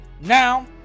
Now